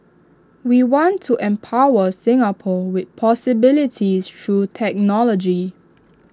we want to empower Singapore with possibilities through technology